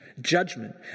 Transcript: Judgment